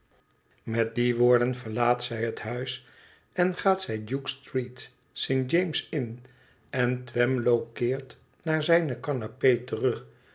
met die woorden verlaat zij het huis en gaat zij duke street st james in en twemlow keert naar zijne canapé terug